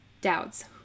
doubts